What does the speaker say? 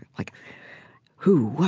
like who? what?